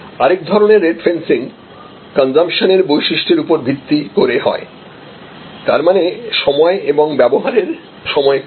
আর এক ধরণের rate fencing কনজামশনের বৈশিষ্ট্যের উপর ভিত্তি করে হয় তার মানে সময় এবং ব্যবহারের সময়কাল